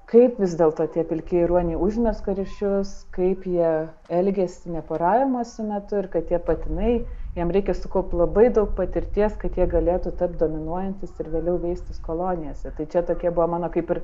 kaip vis dėlto tie pilkieji ruoniai užmezga ryšius kaip jie elgiasi ne poravimosi metu ir kad tie patinai jiem reikia sukaupt labai daug patirties kad jie galėtų tapt dominuojantys ir vėliau veistis kolonijose tai čia tokia buvo mano kaip ir